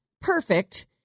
perfect